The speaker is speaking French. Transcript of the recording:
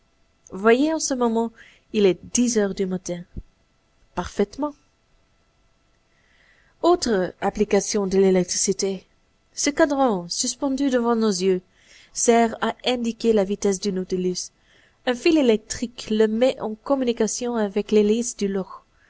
voyez en ce moment il est dix heures du matin parfaitement autre application de l'électricité ce cadran suspendu devant nos yeux sert à indiquer la vitesse du nautilus un fil électrique le met en communication avec l'hélice du loch